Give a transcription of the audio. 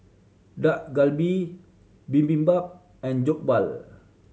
Dak Galbi Bibimbap and Jokbal